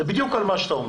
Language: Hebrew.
זה בדיוק על מה שאתה אומר.